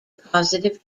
positive